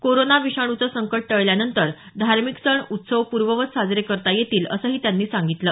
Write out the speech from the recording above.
corona विषाणुचे संकट टळल्यानंतर धार्मिक सण उत्सव पूर्ववत साजरे करता येतील असंही त्यांनी सांगितलं